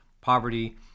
poverty